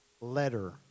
letter